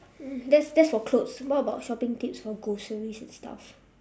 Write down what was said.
that's that's for clothes what about shopping tips for groceries and stuff